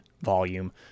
volume